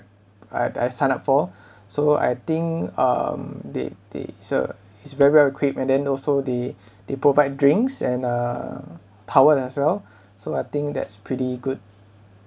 I I signed up for so I think um they they so it's very equipped and then also they they provide drinks and uh towel as well so I think that's pretty good